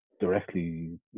directly